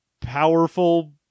powerful